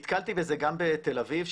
נתקלתי בזה גם בתל אביב,